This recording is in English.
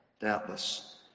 doubtless